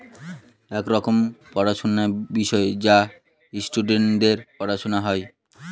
এক রকমের পড়াশোনার বিষয় যা স্টুডেন্টদের পড়ানো হয়